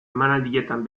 emanaldietan